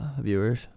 viewers